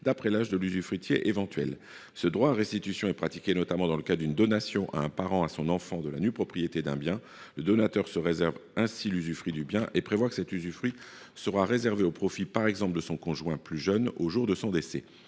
d’après l’âge de l’usufruitier éventuel. » Ce droit à restitution est pratiqué notamment dans le cas d’une donation par un parent à son enfant de la nue propriété d’un bien. Le donateur se réserve ainsi l’usufruit du bien et prévoit que cet usufruit sera reversé au profit, par exemple, de son conjoint plus jeune au jour de son décès.